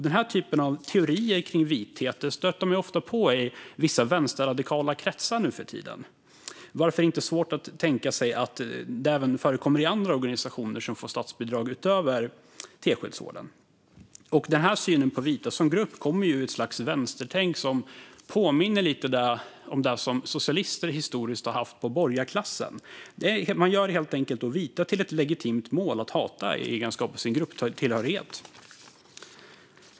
Denna typ av teorier kring vithet stöter man ofta på i vissa vänsterradikala kretsar nu för tiden, varför det inte är svårt att tänka sig att det även förekommer i andra organisationer utöver Teskedsorden som får statsbidrag. Denna syn på vita som grupp kommer ur ett slags vänstertänk som påminner lite grann om den som socialister historiskt har haft på borgarklassen. Man gör helt enkelt vita till ett legitimt mål att hata i egenskap av deras grupptillhörighet.